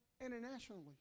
internationally